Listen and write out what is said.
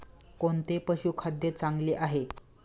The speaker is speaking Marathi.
कोणते पशुखाद्य चांगले आहे?